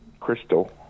Crystal